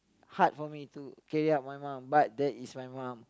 hard for me too carry up my mom but that is my mom